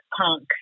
punk